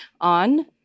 on